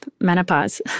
menopause